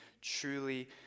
truly